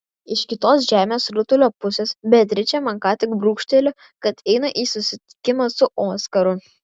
iš kitos žemės rutulio pusės beatričė man ką tik brūkštelėjo kad eina į susitikimą su oskaru